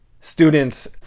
students